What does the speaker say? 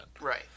right